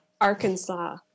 Arkansas